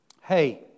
Hey